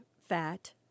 fat